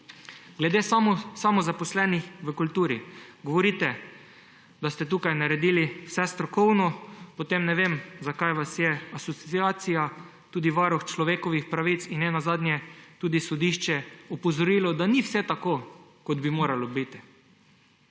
Glede samozaposlenih v kulturi. Govorite, da ste tukaj naredili vse strokovno, potem ne vem, zakaj vas je Asociacija, tudi Varuh človekovih pravic in nenazadnje tudi sodišče opozorilo, da ni vse tako, kot bi moralo biti.